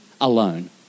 alone